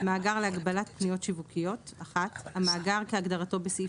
מאגר להגבלת פניות שיווקיות: הקמת המאגר 1. המאגר כהגדרתו בסעיף